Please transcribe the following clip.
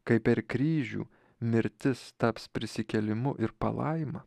kaip per kryžių mirtis taps prisikėlimu ir palaima